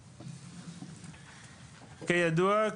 כידוע,